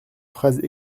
phrases